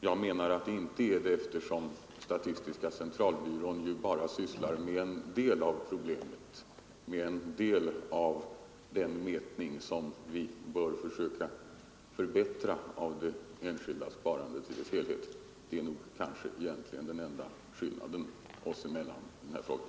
Jag menar att det inte är det, eftersom statistiska centralbyrån ju bara sysslar med en del av problemet, med en del av den mätning som vi bör försöka förbättra när det gäller det enskilda sparandet i dess helhet. Det är kanske egentligen den enda skillnaden oss emellan i den här frågan.